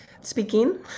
speaking